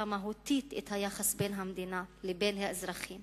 מהותית את היחס בין המדינה לבין האזרחים